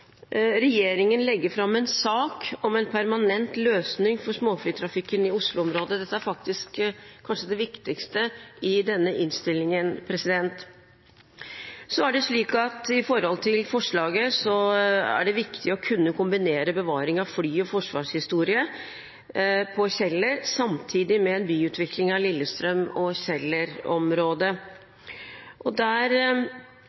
regjeringen legge fram en sak om en permanent løsning for småflytrafikken i Oslo-området. Dette er kanskje det viktigste i denne innstillingen. Når det gjelder forslaget, er det viktig å kunne kombinere bevaring av fly- og forsvarshistorie på Kjeller samtidig med en byutvikling av Lillestrøm- og